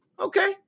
okay